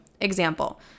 Example